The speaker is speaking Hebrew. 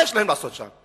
מה יש להם לעשות שם?